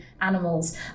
animals